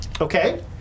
Okay